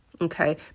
okay